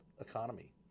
economy